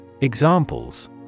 Examples